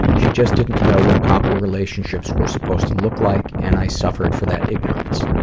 she just didn't know what proper relationships were supposed to look like and i suffered for that ignorance.